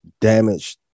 Damaged